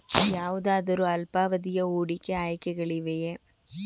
ಯಾವುದಾದರು ಅಲ್ಪಾವಧಿಯ ಹೂಡಿಕೆ ಆಯ್ಕೆಗಳಿವೆಯೇ?